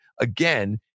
again